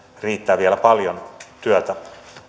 riittää vielä paljon työtä